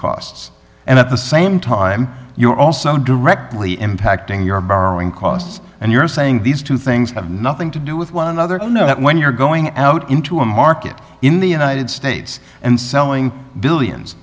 costs and at the same time you're also directly impacting your borrowing costs and you're saying these two things have nothing to do with one another to know that when you're going out into a market in the united states and selling billions